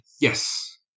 yes